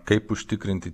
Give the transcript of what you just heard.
kaip užtikrinti